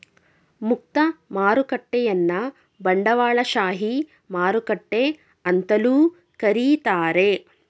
ಮುಕ್ತ ಮಾರುಕಟ್ಟೆಯನ್ನ ಬಂಡವಾಳಶಾಹಿ ಮಾರುಕಟ್ಟೆ ಅಂತಲೂ ಕರೀತಾರೆ